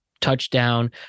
touchdown